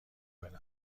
بنوازی